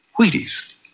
Wheaties